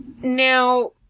Now